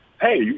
Hey